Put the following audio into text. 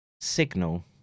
signal